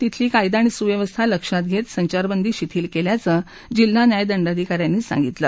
तिथली कायदा आणि सुव्यवस्था लक्षात घेत संचारबंदी शिथील केल्याचं जिल्हा न्यायदंडाधिकाऱ्यांनी सांगितलं